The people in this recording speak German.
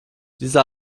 diese